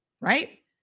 right